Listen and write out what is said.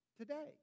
today